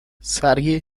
sergi